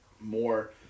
more